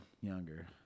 Younger